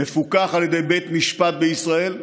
מפוקח על ידי בית משפט בישראל,